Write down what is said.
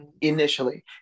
initially